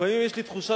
לפעמים יש לי תחושה,